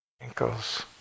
ankles